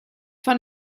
von